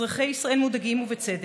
אזרחי ישראל מודאגים, ובצדק.